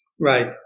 Right